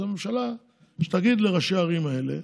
אז שהממשלה תגיד לראשי הערים האלה: